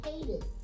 hated